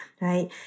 right